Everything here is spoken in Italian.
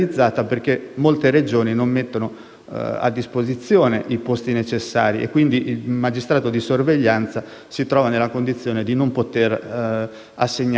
a disposizione i posti necessari e quindi il magistrato di sorveglianza si trova nella condizione di non poter assegnare la pena alternativa.